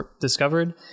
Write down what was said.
discovered